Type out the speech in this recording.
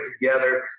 together